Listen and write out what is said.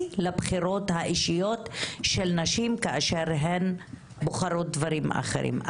לבחירות האישיות של נשים כאשר הן בוחרות דברים אחרים.